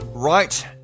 Right